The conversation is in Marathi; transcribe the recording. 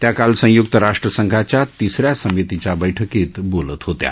त्या काल संय्क्त राष्ट्रसंघाच्या तिसऱ्या समितीच्या बैठकीत बोलत होत्या